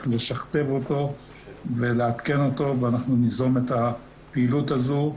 לשכתב אותו ולעדכן אותו ואנחנו ניזום את הפעילות הזו,